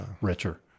richer